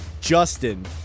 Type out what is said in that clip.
justin